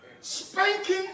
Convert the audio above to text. spanking